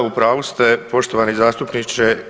Da u pravu ste poštovani zastupniče.